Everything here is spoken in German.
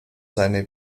seine